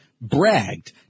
bragged